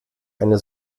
eine